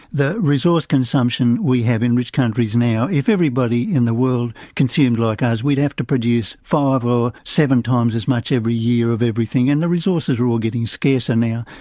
the resource consumption we have in rich countries now, if everybody in the world consumed like us we'd have to produce five or seven times as much every year of everything. and the resources are all getting scarcer now.